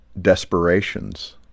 desperations